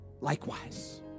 likewise